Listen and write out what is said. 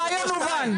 הרעיון הובן.